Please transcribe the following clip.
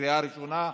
בקריאה ראשונה,